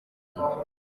gihe